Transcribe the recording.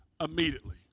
immediately